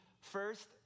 first